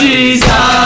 Jesus